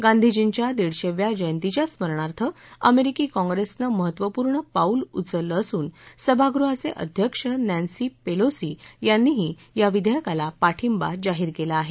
गांधीजींच्या दीडशेव्या जयंतीच्या स्मरणार्थ अमेरिकी काँग्रेसनं महत्वपूर्ण पाऊल उचललं असून सभागृहाचे अध्यक्ष नॅन्सी पेलोसी यांनीही विधेयकाला पाठिंबा जाहीर केला आहे